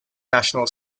national